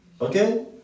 Okay